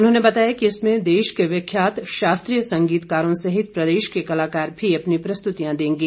उन्होंने बताया कि इसमें देश के विख्यात शास्त्रीय संगीतकारों सहित प्रदेश के कलाकार भी अपनी प्रस्तुतियां देंगे